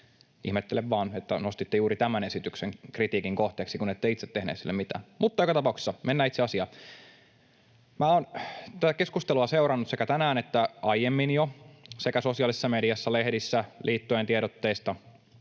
Ihmettelen vain, että nostitte juuri tämän esityksen kritiikin kohteeksi, kun ette itse tehneet sille mitään. Mutta joka tapauksessa mennään itse asiaan. Minä olen tätä keskustelua seurannut sekä tänään että jo aiemmin sosiaalisessa mediassa, lehdissä, liittojen tiedotteista